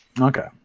Okay